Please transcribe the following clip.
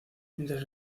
mientras